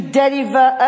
deliver